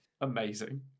Amazing